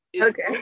Okay